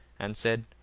and said,